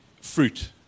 fruit